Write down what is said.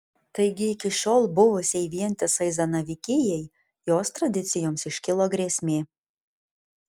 taigi iki šiol buvusiai vientisai zanavykijai jos tradicijoms iškilo grėsmė